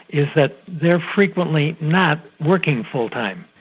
is that they're frequently not working full time.